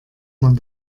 man